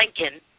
Lincoln